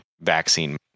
vaccine